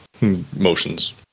motions